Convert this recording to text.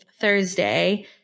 Thursday